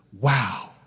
wow